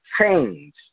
change